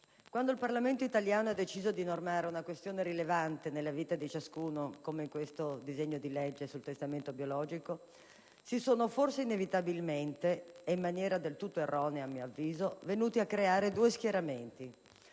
quando il Parlamento italiano ha deciso di normare una questione rilevante nella vita di ciascuno come in questo disegno di legge sul testamento biologico, si sono forse inevitabilmente, e in maniera del tutto erronea, a mio avviso, venuti a creare due schieramenti.